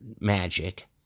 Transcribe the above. magic